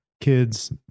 kids